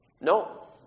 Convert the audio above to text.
No